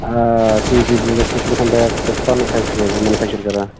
تی تی بوٗز اَسہِ تۄہہِ چھِ پنٕنۍ فٮ۪کٹری اَتہِ مٮ۪نِفٮ۪کچر کَران